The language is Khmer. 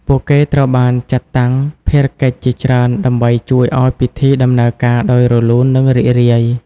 ពួកគេត្រូវបានចាត់តាំងភារកិច្ចជាច្រើនដើម្បីជួយឱ្យពិធីដំណើរការដោយរលូន និងរីករាយ។